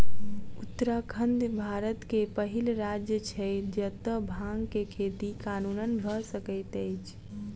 उत्तराखंड भारत के पहिल राज्य छै जतअ भांग के खेती कानूनन भअ सकैत अछि